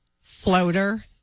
floater